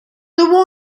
tuvo